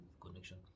connection